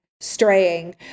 straying